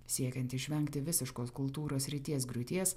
siekiant išvengti visiškos kultūros srities griūties